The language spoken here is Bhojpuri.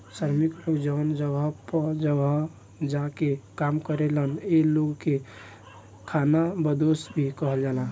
श्रमिक लोग जवन जगह जगह जा के काम करेलन ए लोग के खानाबदोस भी कहल जाला